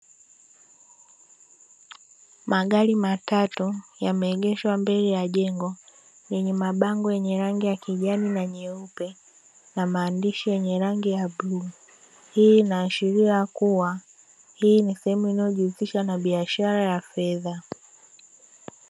Magari matatu yameegeshwa mbele ya jengo lenye mabango yenye rangi ya kijani na nyeupe na maandishi yenye rangi ya bluu, hii ina ashiria kuwa hii ni sehemu inayo jihusisha na biashara ya fedha.